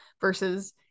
versus